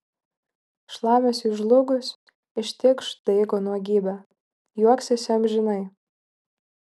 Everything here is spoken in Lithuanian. šlamesiui žlugus ištikš daigo nuogybė juoksiesi amžinai